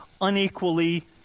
unequally